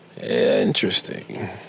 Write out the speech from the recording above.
Interesting